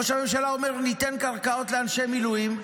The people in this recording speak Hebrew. ראש הממשלה אומר: ניתן קרקעות לאנשי מילואים,